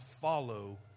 follow